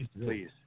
please